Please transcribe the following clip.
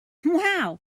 wow